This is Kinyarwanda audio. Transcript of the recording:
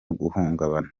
guhungabana